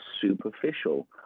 superficial